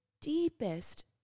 deepest